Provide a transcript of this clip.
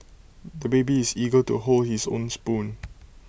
the baby is eager to hold his own spoon